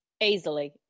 Easily